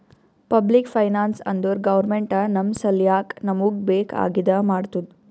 public finance ಅಂದುರ್ government ನಮ್ ಸಲ್ಯಾಕ್ ನಮೂಗ್ ಬೇಕ್ ಆಗಿದ ಮಾಡ್ತುದ್